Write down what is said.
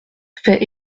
fait